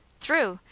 through!